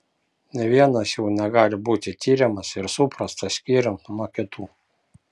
nė vienas jų negali būti tiriamas ir suprastas skyrium nuo kitų